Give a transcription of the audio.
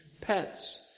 pets